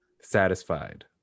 Satisfied